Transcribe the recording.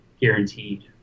guaranteed